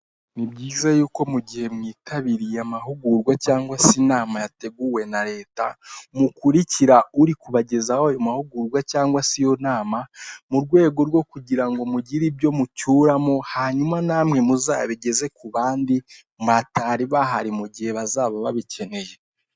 Ni byiza yuko mu gihe mwitabiriye amahugurwa cyangwa se inama yateguwe na Leta, mukurikira uri kubagezaho ayo mahugurwa cyangwa se iyo nama, mu rwego rwo kugira ngo mugire ibyo mucyuramo, hanyuma namwe muzabigeze ku bandi, batari bahari mu gihe bazaba babikeneye.